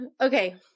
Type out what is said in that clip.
Okay